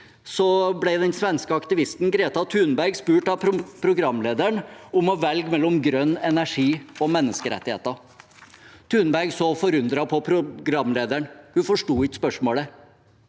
ble den svenske aktivisten Greta Thunberg spurt av programlederen om å velge mellom grønn energi og menneskerettigheter. Thunberg så forundret på programlederen. Hun forsto ikke spørsmålet